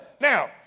Now